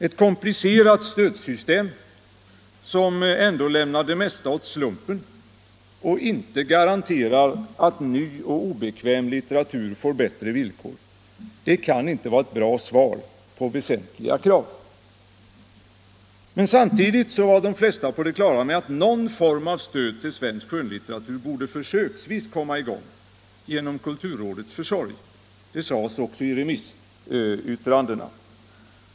Ett komplicerat stödsystem, som ändå lämnar det mesta åt slumpen och inte garanterar att ny och obekväm litteratur får bättre villkor — det kan inte vara ett bra svar på väsentliga krav. Men samtidigt var de flesta på det klara med att någon form av stöd till svensk skönlitteratur försöksvis borde komma i gång genom kulturrådets försorg. Detta sades också i remissyttrandena.